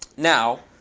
now,